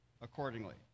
accordingly